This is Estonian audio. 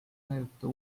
näidata